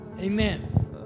Amen